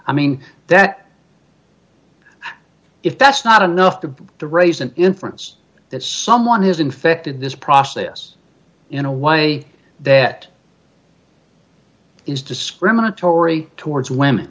i mean that if that's not enough to to raise an inference that someone is infected this process in a way that is discriminatory towards women